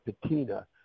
patina